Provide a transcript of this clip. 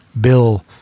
Bill